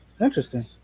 interesting